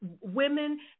women